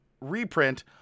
reprint